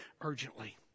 urgently